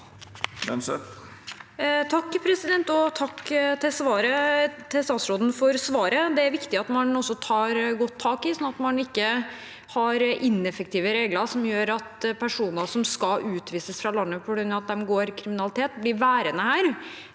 (H) Takk til statsrå- den for svaret. Det er viktig at man tar godt tak i dette, slik at man ikke har ineffektive regler som gjør at personer som skal utvises fra landet på grunn av at de begår kriminalitet, blir værende her.